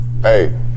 Hey